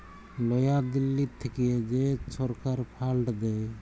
লয়া দিল্লী থ্যাইকে যে ছরকার ফাল্ড দেয়